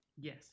Yes